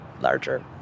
larger